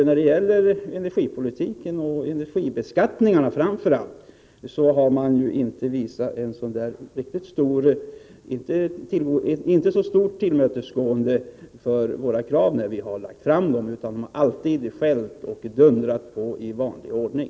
När det gäller energipolitiken och framför allt energibeskattningen har de inte visat ett så stort tillmötesgående för våra krav, utan de har alltid skällt och dundrat på i vanlig ordning.